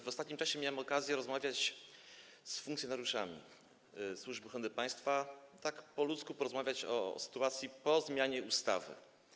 W ostatnim czasie miałem okazję rozmawiać z funkcjonariuszami Służby Ochrony Państwa, tak po ludzku porozmawiać o sytuacji po zmianie ustawy.